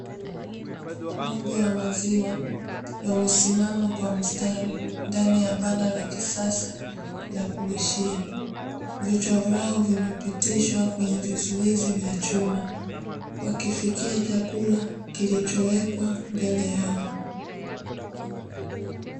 Ng'ombe wa maziwa wamesimama kwa mstari, ndani ya banda la kisasa la kulishia, vichwa vyao vimepitishwa kwenye vizuizi vya chuma, wakifikia chakula kilichowekwa mbele yao.